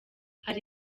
hari